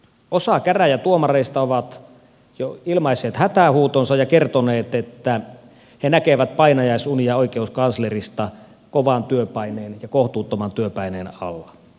osa käräjätuomareista on jo ilmaissut hätähuutonsa ja kertonut että he näkevät painajaisunia oikeuskanslerista kovan työpaineen kohtuuttoman työpaineen alla